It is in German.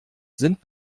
sind